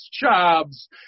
jobs